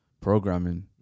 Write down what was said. programming